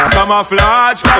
Camouflage